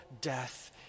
death